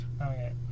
Okay